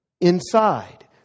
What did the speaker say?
inside